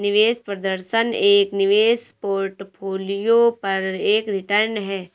निवेश प्रदर्शन एक निवेश पोर्टफोलियो पर एक रिटर्न है